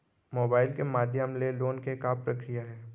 Mobile के माधयम ले लोन के का प्रक्रिया हे?